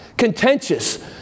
contentious